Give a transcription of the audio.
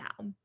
now